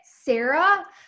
Sarah